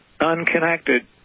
unconnected